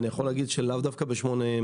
אני יכול להגיד שלאו דווקא ב-8200.